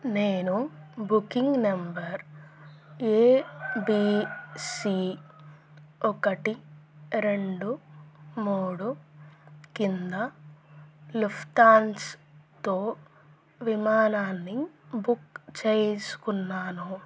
నేను booking number A B C ఒకటి రెండు మూడు కింద లుఫ్తాన్సాతో విమానాన్ని బుక్ చేసుకున్నాను